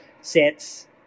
sets